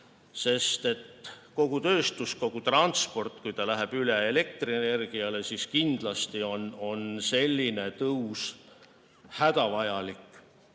kui kogu tööstus, kogu transport läheb üle elektrienergiale, siis kindlasti on selline tõus hädavajalik.